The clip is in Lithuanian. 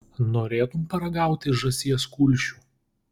norėtum paragauti žąsies kulšių